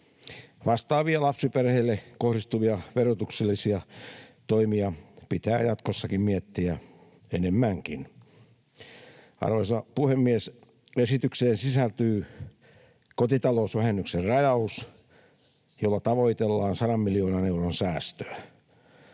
Vastaavia lapsiperheille kohdistuvia verotuksellisia toimia pitää jatkossakin miettiä enemmänkin. Arvoisa puhemies! Esitykseen sisältyy kotitalousvähennyksen rajaus, jolla tavoitellaan 100 miljoonan euron säästöä.